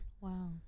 wow